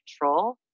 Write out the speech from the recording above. control